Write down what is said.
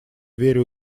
дверь